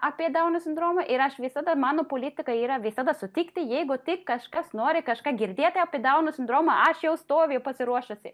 apie dauno sindromą ir aš visada mano politika yra visada sutikti jeigu tik kažkas nori kažką girdėti apie dauno sindromą aš jau stovi pasiruošusi